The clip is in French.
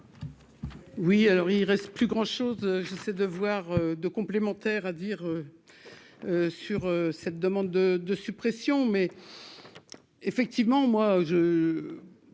Oui, alors il reste plus grand chose, j'essaie de voir 2 complémentaire à dire sur cette demande de de suppression, mais effectivement moi je